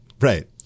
Right